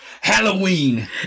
Halloween